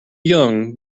young